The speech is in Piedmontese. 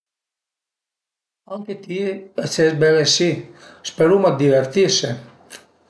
Anche ti ses belesì, sperume dë divertise